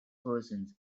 persons